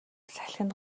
салхинд